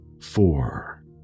four